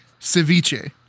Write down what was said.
Ceviche